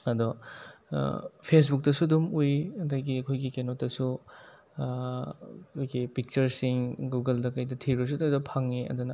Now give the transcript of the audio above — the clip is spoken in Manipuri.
ꯑꯗꯣ ꯐꯦꯁꯕꯨꯛꯇꯁꯨ ꯑꯗꯨꯝ ꯎꯏ ꯑꯗꯒꯤ ꯑꯩꯈꯏꯒꯤ ꯀꯩꯅꯣꯗꯁꯨ ꯑꯩꯈꯣꯏꯒꯤ ꯄꯤꯛꯆꯔꯁꯤꯡ ꯒꯨꯒꯜꯗ ꯀꯩꯗ ꯊꯤꯔꯨꯔꯁꯨ ꯑꯗꯨ ꯍꯦꯛꯇ ꯐꯪꯏ ꯑꯗꯨꯅ